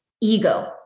ego